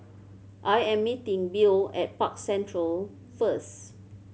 I am meeting Bill at Park Central first